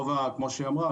כמו שהיא אמרה,